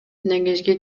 негизги